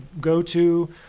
go-to